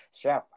Chef